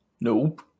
nope